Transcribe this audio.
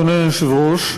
אדוני היושב-ראש,